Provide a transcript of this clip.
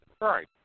Right